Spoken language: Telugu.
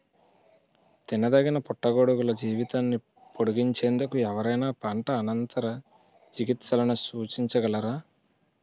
తినదగిన పుట్టగొడుగుల జీవితాన్ని పొడిగించేందుకు ఎవరైనా పంట అనంతర చికిత్సలను సూచించగలరా?